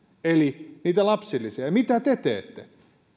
eli niitä lapsilisiä mitä te teette